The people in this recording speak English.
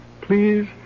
please